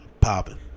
Popping